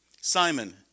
Simon